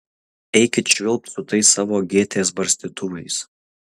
eikit švilpt su tais savo gėtės barstytuvais